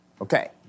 Okay